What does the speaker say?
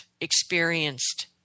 experienced